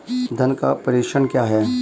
धन का प्रेषण क्या है?